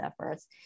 efforts